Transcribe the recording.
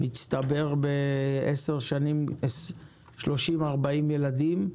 זה מצטבר בעשר שנים ל-30 40 ילדים.